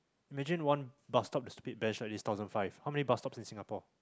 imagine one bus stop is speed specially thousand five how many bus stops in Singapore